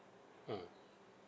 mm